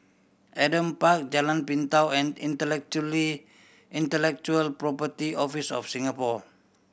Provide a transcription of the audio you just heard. Adam Park Jalan Pintau and Intellectually Intellectual Property Office of Singapore